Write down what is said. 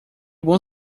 bom